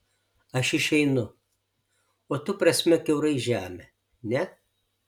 aš išeinu o tu prasmek kiaurai žemę ne